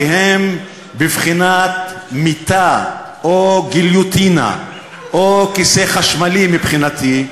כי הם בבחינת מיתה או גיליוטינה או כיסא חשמלי מבחינתי.